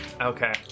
Okay